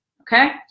Okay